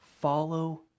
follow